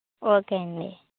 okay అండి